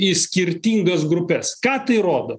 į skirtingas grupes ką tai rodo